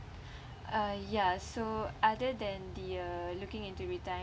uh ya so other than the uh looking into